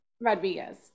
Rodriguez